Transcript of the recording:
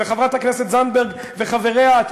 וחברת הכנסת זנדברג וחבריה,